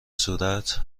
صورت